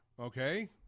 Okay